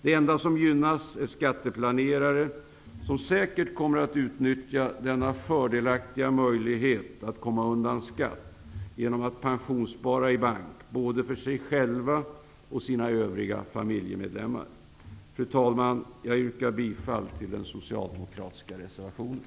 De enda som gynnas är skatteplanerare, som säkert kommer att utnyttja denna fördelaktiga möjlighet att komma undan skatt genom att pensionsspara i bank både för sig själva och övriga familjemedlemmar. Fru talman! Jag yrkar bifall till den socialdemokratiska reservationen.